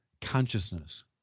consciousness